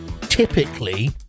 typically